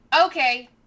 Okay